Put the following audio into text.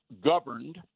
governed